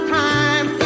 time